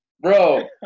Bro